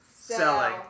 Selling